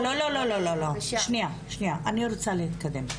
שניה, אני רוצה להתקדם.